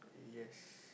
yes